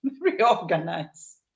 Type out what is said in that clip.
Reorganize